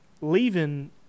Leaving